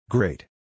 Great